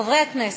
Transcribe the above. חברי הכנסת,